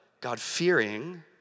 God-fearing